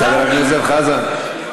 חבר הכנסת חזן.